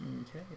Okay